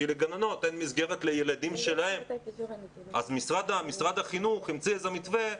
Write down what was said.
כי לגננות אין מסגרת לילדים שלהן אז משרד החינוך המציא איזה מתווה,